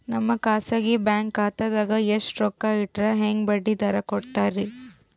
ನಮ್ಮ ಖಾಸಗಿ ಬ್ಯಾಂಕ್ ಖಾತಾದಾಗ ಎಷ್ಟ ರೊಕ್ಕ ಇಟ್ಟರ ಹೆಂಗ ಬಡ್ಡಿ ದರ ಕೂಡತಾರಿ?